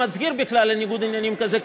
לא כל אחד היה מצהיר בכלל על ניגוד עניינים כזה,